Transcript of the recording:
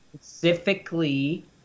Specifically